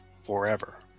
forever